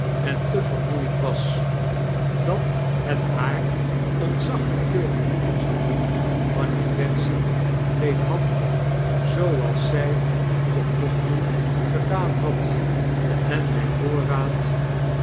en te vermoeiend was dat het daar ontzaglyk veel genoegen zou doen wanneer betsy bleef handelen zooals zij tot nog toe gedaan had en by voorraad